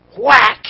Whack